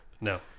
No